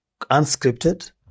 unscripted